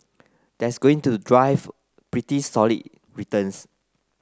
that's going to drive pretty solid returns